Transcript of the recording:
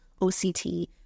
OCT